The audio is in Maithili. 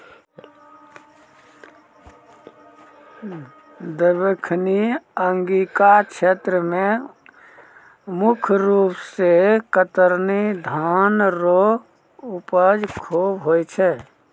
दक्खिनी अंगिका क्षेत्र मे मुख रूप से कतरनी धान रो उपज खूब होय छै